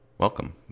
Welcome